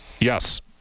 Yes